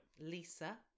Lisa